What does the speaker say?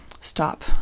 stop